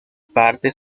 partes